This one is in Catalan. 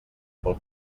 pel